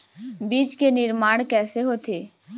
बीज के निर्माण कैसे होथे?